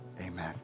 amen